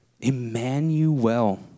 Emmanuel